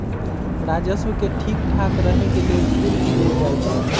राजस्व के ठीक ठाक रहे के लेल शुल्क लेल जाई छई